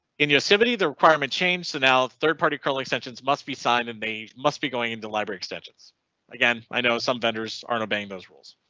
in yosemite the requirement change. so now third party kernel extensions must be signed and they must be going into library extensions again. i know some vendors aren't obeying those rules.